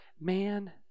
man